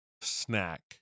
snack